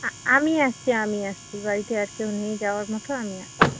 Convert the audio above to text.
আমি আসছি আমি আসছি বাড়িতে আর কেউ নেই যাওয়ার মতো আমি আসছি